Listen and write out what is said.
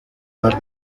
par